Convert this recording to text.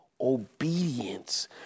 obedience